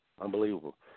unbelievable